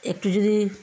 একটু যদি